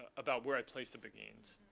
about where i place the beguines.